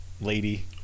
lady